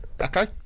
Okay